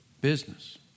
business